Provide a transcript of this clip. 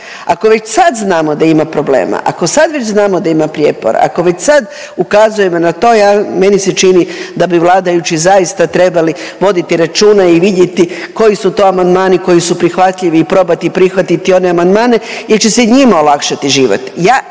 ako sad već znamo da ima problema, ako sad već znamo da ima prijepora, ako već sad ukazujemo na to meni se čini da bi vladajući zaista trebali voditi računa i vidjeti koji su to amandmani koji su prihvatljivi i probati prihvatiti one amandmane jer će se njima olakšati život.